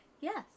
Yes